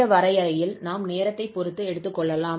இந்த வரையறையில் நாம் நேரத்தைப் பொறுத்து எடுத்துக்கொள்ளலாம்